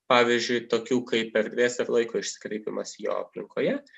pavyzdžiui tokių kaip erdvės ir laiko išsikraipymas jo aplinkoje